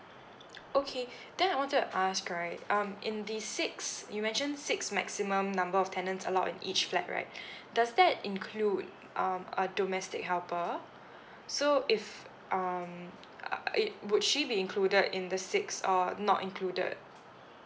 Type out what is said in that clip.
okay then I wanted to ask right um in the six you mentioned six maximum number of tenant allowed in each flat right does that include um a domestic helper so if um err it would she be included in the six or not included